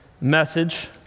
message